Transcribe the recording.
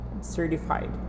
certified